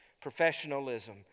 professionalism